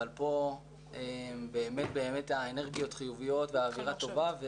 אבל פה באמת האנרגיות חיוביות והאווירה טובה.